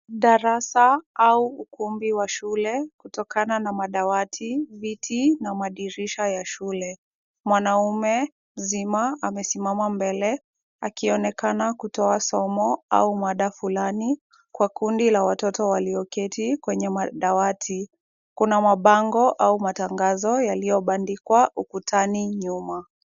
Darasa au ukumbi wa shule, kutokana na madawati, viti na madirisha ya shule. Mwanaume mzima amesimama mbele, akionekana kutoa somo au mada fulani, kwa kundi la watoto walioketi kwenye madawati. Kuna mabango au matangazo yaliyobandikwa ukutani nyuma.